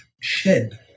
shed